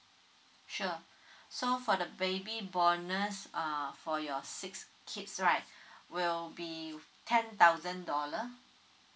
sure so for the baby bonus uh for your six kids right will be ten thousand dollar